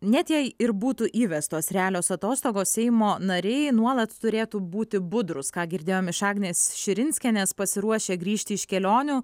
net jei ir būtų įvestos realios atostogos seimo nariai nuolat turėtų būti budrūs ką girdėjom iš agnės širinskienės pasiruošę grįžti iš kelionių